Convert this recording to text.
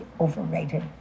overrated